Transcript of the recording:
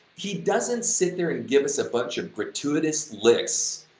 he doesn't sit there and give us a bunch of gratuitous licks,